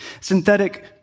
Synthetic